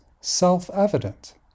self-evident